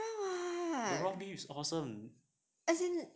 that one is different [what]